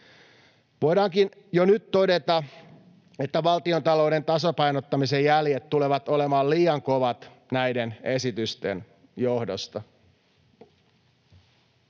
Voidaankin jo nyt todeta, että valtiontalouden tasapainottamisen jäljet tulevat olemaan liian kovat näiden esitysten johdosta.